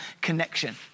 connection